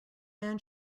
man